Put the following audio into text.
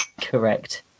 Correct